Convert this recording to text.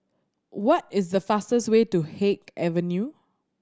what is the fastest way to Haig Avenue